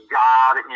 god